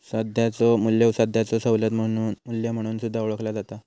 सध्याचो मू्ल्य सध्याचो सवलत मू्ल्य म्हणून सुद्धा ओळखला जाता